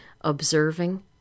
observing